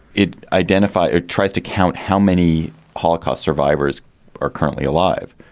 it identify it tries to count how many holocaust survivors are currently alive,